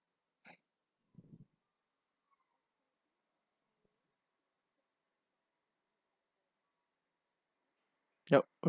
yup